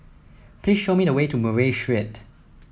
please show me the way to Murray Street